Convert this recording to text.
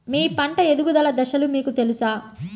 మీ పంట ఎదుగుదల దశలు మీకు తెలుసా?